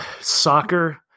soccer